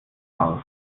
aus